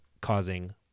causing